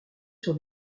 sur